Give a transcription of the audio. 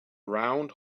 round